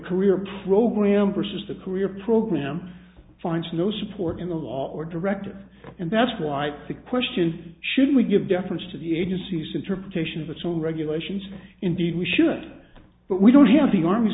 career program pursues the career program finds no support in the law or director and that's why the question should we give deference to the agency's interpretation of its own regulations indeed we should but we don't have the army's